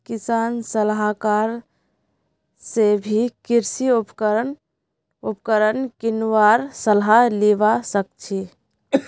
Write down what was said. किसान सलाहकार स भी कृषि उपकरण किनवार सलाह लिबा सखछी